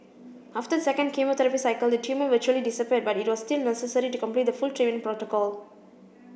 after the second chemotherapy cycle the tumour virtually disappeared but it was still necessary to complete the full treatment protocol